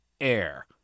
air